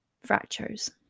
fractures